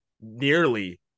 nearly